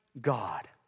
God